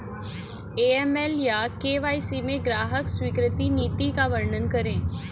AML या KYC में ग्राहक स्वीकृति नीति का वर्णन करें?